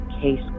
case